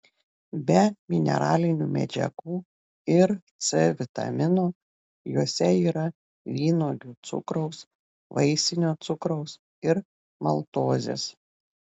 be mineralinių medžiagų ir c vitamino juose yra vynuogių cukraus vaisinio cukraus ir maltozės